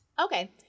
Okay